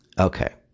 Okay